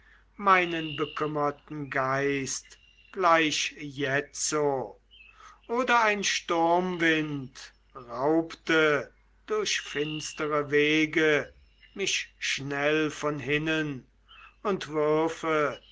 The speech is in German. meinen bekümmerten geist gleich jetzo oder ein sturmwind raubte durch finstere wege mich schnell von hinnen und würfe